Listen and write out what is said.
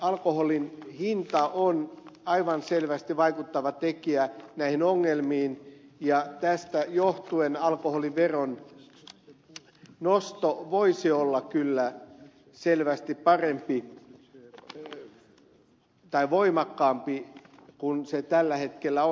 alkoholin hinta on aivan selvästi vaikuttava tekijä näissä ongelmissa ja tästä johtuen alkoholiveron nosto voisi olla kyllä selvästi korkeampi kuin se tällä hetkellä on